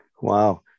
Wow